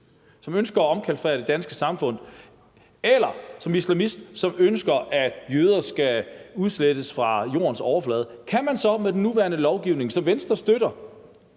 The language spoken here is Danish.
som ønsker at omkalfatre det danske samfund, eller som islamist, som ønsker, at jøder skal udslettes fra jordens overflade, så med Venstres billigelse, som stemmer